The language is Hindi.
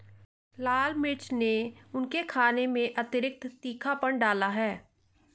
लाल मिर्च ने उनके खाने में अतिरिक्त तीखापन डाला है